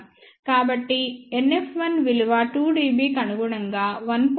కాబట్టి NF1 విలువ 2 dB కి అనుగుణంగా 1